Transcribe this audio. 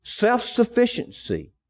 Self-sufficiency